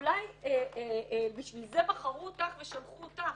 שאולי בשביל זה בחרו אותך ושלחו אותך,